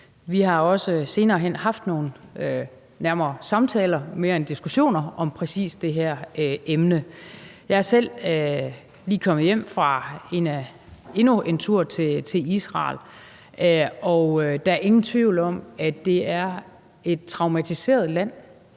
Vi har også senere hen haft nogle samtaler nærmere end diskussioner om præcis det her emne. Jeg er selv lige kommet hjem fra endnu en tur til Israel, og der er ingen tvivl om, at det er et traumatiseret land